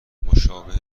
مشابه